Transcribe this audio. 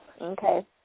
Okay